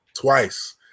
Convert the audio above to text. Twice